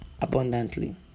abundantly